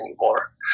anymore